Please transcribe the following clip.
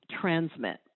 transmit